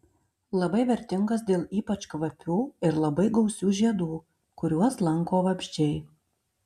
labai vertingas dėl ypač kvapių ir labai gausių žiedų kuriuos lanko vabzdžiai